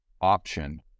option